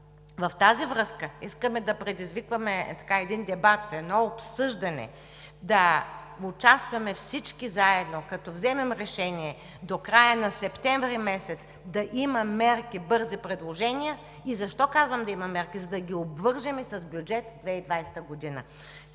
В тази връзка, искаме да предизвикаме един дебат, едно обсъждане, да участваме всички заедно, като вземем решение до края на месец септември да има мерки, бързи предложения. Защо казвам да има мерки? За да ги обвържем с бюджет 2020 г.